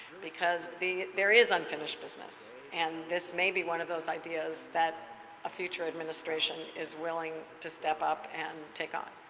because there is unfinished business. and this may be one of those ideas that a future administration is willing to step up and take on.